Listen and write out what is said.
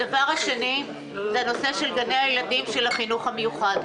הדבר השני זה נושא גני הילדים של החינוך המיוחד,